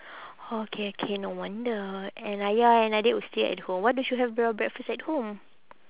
orh okay okay no wonder and ayah and adik will stay at home why didn't you have your breakfast at home